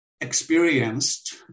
experienced